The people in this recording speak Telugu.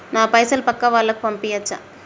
నా పైసలు పక్కా వాళ్ళకు పంపియాచ్చా?